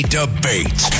debate